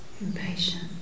impatient